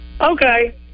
Okay